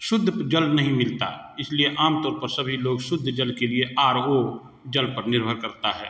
शुद्ध जल नहीं मिलता इसलिए आमतौर पर सभी लोग शुद्ध जल के लिए आर ओ जल पर निर्भर करता है